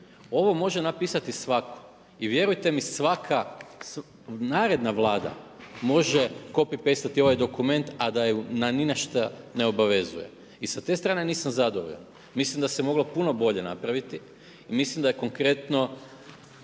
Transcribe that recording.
Ovo može napisati svako i vjerujte mi svaka naredna Vlada može copy paste ovaj dokument a da ju na ništa ne obavezuje. I sa te strane nisam zadovoljan. Mislim da se moglo puno bolje napraviti i mislim da je konkretno